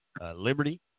Liberty